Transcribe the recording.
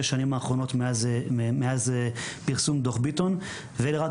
שש השנים האחרונות מאז פרסום דוח ביטון ואלה רק